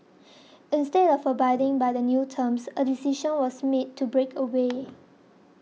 instead of abiding by the new terms a decision was made to break away